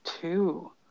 two